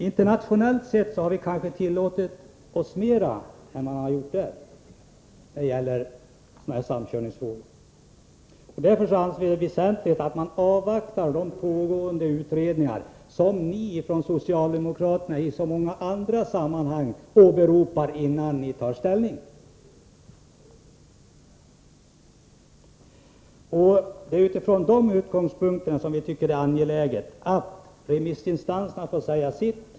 Internationellt sett har vi nog tillåtit en högre grad av samkörning än många andra länder. Därför är det enligt vår mening väsentligt att avvakta pågående utredningar. Ni socialdemokrater brukar ju i så många andra sammanhang åberopa sådana när ni inte vill ta ställning. Utifrån dessa utgångspunkter anser vi det angeläget att remissinstanserna får säga sitt.